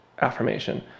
affirmation